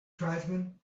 tribesman